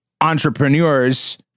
entrepreneurs